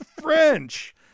French